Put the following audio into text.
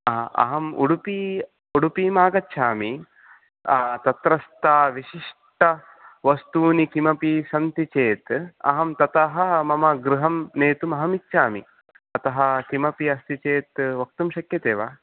अहम् उडुपी उडुपीमागच्छामि तत्रस्थ विशिष्टवस्तूनि किमपि सन्ति चेत् अहं ततः मम गृहं नेतुमहम् इच्छामि अतः किमपि अस्ति चेत् वक्तुं शक्यते वा